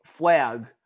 flag